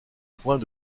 point